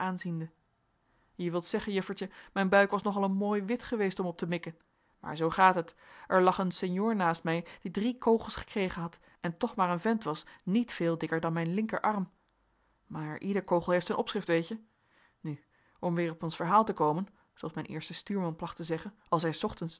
je wilt zeggen juffertje mijn buik was nogal een mooi wit geweest om op te mikken maar zoo gaat het er lag een senhor naast mij die drie kogels gekregen had en toch maar een vent was niet veel dikker dan mijn linkerarm maar ieder kogel heeft zijn opschrift weet je nu om weer op ons verhaal te komen zooals mijn eerste stuurman placht te zeggen als hij s